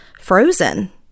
frozen